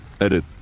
Edit